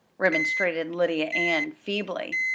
remonstrated lydia ann feebly.